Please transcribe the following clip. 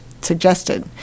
suggested